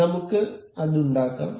നമുക്ക് അത് ഉണ്ടാക്കാം